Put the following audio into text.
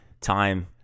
Time